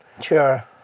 Sure